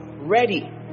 Ready